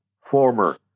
former